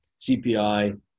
CPI